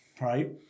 right